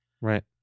Right